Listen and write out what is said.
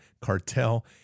cartel